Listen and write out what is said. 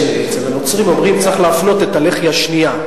אצל הנוצרים אומרים שצריך להפנות את הלחי השנייה.